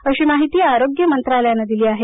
अशी माहिती आरोग्य मंत्रालयानं दिली आहे